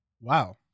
wow